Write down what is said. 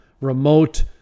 remote